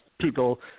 people